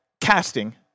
Casting